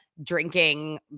drinking